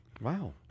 Wow